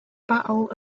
battle